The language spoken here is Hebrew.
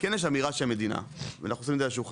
כן יש אמירה של המדינה ואנחנו שמים את זה על השולחן,